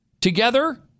together